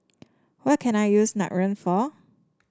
what can I use Nutren for